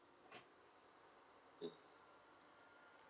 mm